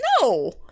no